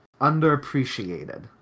underappreciated